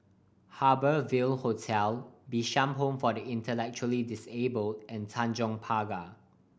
Harbour Ville Hotel Bishan Home for the Intellectually Disabled and Tanjong Pagar